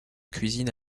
cuisine